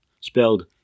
spelled